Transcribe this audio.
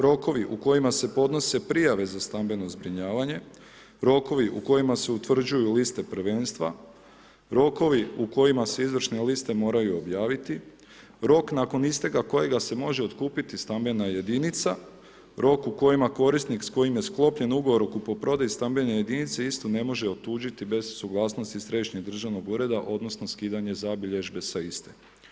Rokovi u kojima se podnose prijave za stambeno zbrinjavanje, rokovi u kojima se utvrđuju liste prvenstva, rokovi u kojima se izvršne liste moraju prijaviti, rok nakon isteka kojega se može otkupiti stambena jedinica, rok u kojima korisnik s kojim je sklopljen ugovor o kupoprodaji stambene jedinice istu ne može otuđiti bez suglasnosti Središnjeg državnog ureda, odnosno skidanje zabilježbe sa iste.